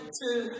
two